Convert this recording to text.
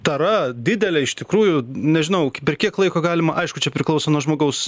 tara didelė iš tikrųjų nežinau per kiek laiko galima aišku čia priklauso nuo žmogaus